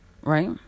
right